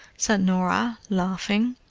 said norah, laughing.